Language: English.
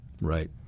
Right